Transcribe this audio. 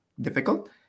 difficult